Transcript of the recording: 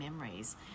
memories